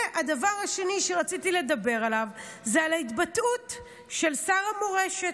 הדבר השני שרציתי לדבר עליו הוא על ההתבטאות של שר המורשת,